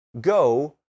go